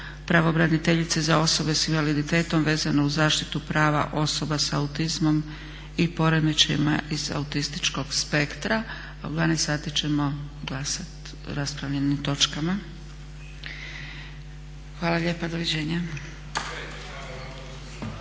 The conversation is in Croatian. pravobraniteljice za osobe s invaliditetom vezano uz zaštitu prava osoba sa autizmom i poremećajima iz autističkog spektra. A u 12,00 sati ćemo glasati o raspravljenim točkama. Hvala lijepa. Doviđenja.